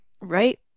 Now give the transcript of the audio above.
Right